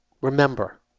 Remember